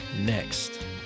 next